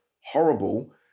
horrible